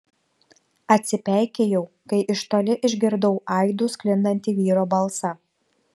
atsipeikėjau kai iš toli išgirdau aidu sklindantį vyro balsą